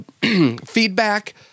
feedback